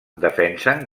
defensen